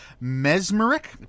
mesmeric